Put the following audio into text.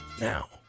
Now